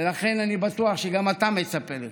ולכן אני בטוח שגם אתה מצפה לכך.